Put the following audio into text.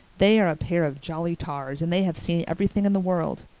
they are a pair of jolly tars and they have seen everything in the world.